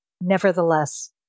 Nevertheless